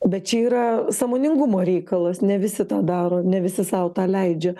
bet čia yra sąmoningumo reikalas ne visi tą daro ne visi sau tą leidžia